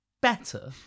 better